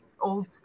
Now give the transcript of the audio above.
old